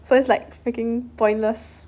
so it's like freaking pointless